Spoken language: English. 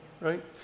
right